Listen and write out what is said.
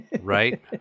right